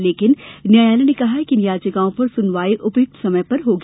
लेकिन न्यायालय ने कहा कि इन याचिकाओं पर सुनवाई उपयुक्त समय पर होगी